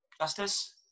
Justice